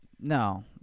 No